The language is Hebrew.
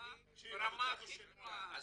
מוצר ברמה הכי גבוהה.